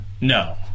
no